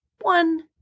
One